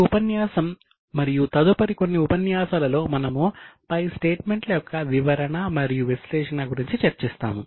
ఈ ఉపన్యాసం మరియు తదుపరి కొన్ని ఉపన్యాసాలలో మనము పై స్టేట్మెంట్ల యొక్క వివరణ మరియు విశ్లేషణ గురించి చర్చిస్తాము